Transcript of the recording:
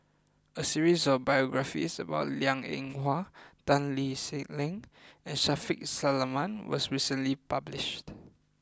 a series of Biographies about Liang Eng Hwa Tan Lee Leng and Shaffiq Selamat was recently published